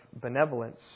benevolence